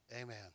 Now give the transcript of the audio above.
amen